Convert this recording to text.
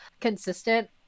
consistent